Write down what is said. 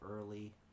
early